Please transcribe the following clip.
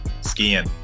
skiing